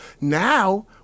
Now